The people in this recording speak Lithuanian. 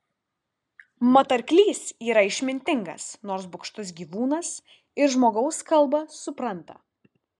mat arklys yra išmintingas nors bugštus gyvūnas ir žmogaus kalbą supranta